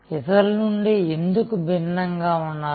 ఇతరుల నుండి ఎందుకు భిన్నంగా ఉన్నారు